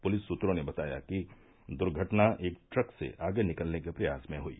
police सूत्रों ने बताया कि दुर्घटना एक ट्रक से आगे निकलने के प्रयास में हयी